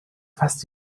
fast